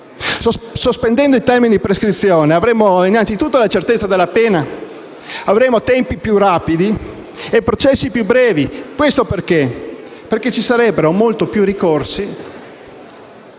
Sospendendo il termine di prescrizione, avremmo innanzitutto la certezza della pena, tempi più rapidi e processi più brevi, perché si farebbe molto più ricorso